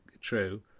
true